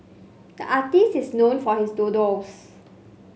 the artist is known for his doodles